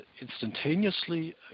instantaneously